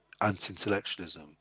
anti-intellectualism